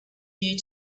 you